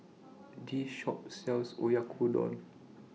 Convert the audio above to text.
This Shop sells Oyakodon